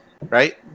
right